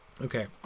Okay